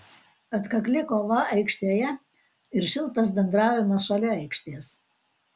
atkakli kova aikštėje ir šiltas bendravimas šalia aikštės